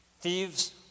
thieves